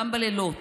גם בלילות,